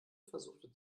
versuchte